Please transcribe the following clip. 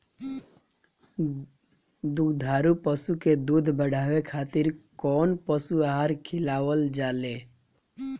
दुग्धारू पशु के दुध बढ़ावे खातिर कौन पशु आहार खिलावल जाले?